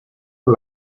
por